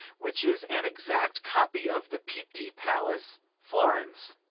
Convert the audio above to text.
which is an exact copy of the pitti palace, florence.